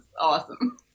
awesome